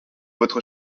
votre